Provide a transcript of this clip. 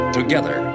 together